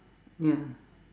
ya